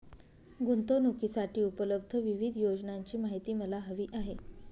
गुंतवणूकीसाठी उपलब्ध विविध योजनांची माहिती मला हवी आहे